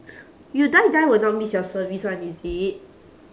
you die die will not miss your service [one] is it